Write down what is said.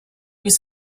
was